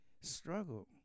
struggle